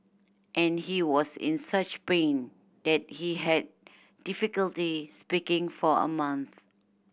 and he was in such pain that he had difficulty speaking for a month